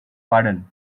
pardon